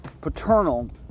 paternal